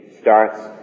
starts